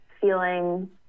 feeling